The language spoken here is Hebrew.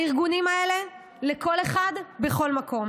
הארגונים האלה לכל אחד, בכל מקום